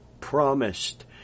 promised